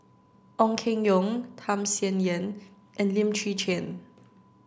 Ong Keng Yong Tham Sien Yen and Lim Chwee Chian